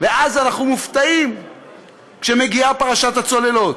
ואז אנחנו מופתעים כשמגיעה פרשת הצוללות,